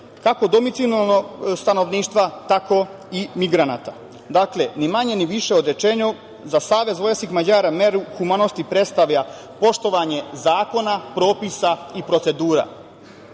kako domicilnog stanovništva, tako i migranata. Dakle, ni manje ni vište od … za SVM meru humanosti predstavlja poštovanje zakona, propisa i procedura. Nije